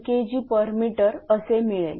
1 Kgm असे मिळेल